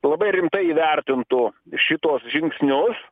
labai rimtai įvertintų šituos žingsnius